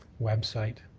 website,